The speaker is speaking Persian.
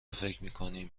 فکرمیکنیم